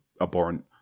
abhorrent